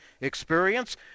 experience